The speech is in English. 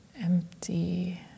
Empty